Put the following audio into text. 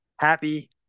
happy